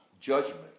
judgment